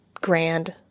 grand